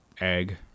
egg